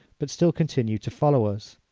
but still continued to follow us.